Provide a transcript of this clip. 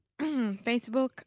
Facebook